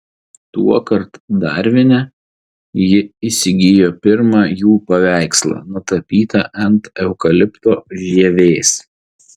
tuokart darvine ji įsigijo pirmą jų paveikslą nutapytą ant eukalipto žievės